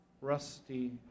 rusty